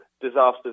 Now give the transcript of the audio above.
disasters